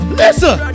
listen